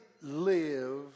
live